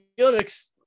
Olympics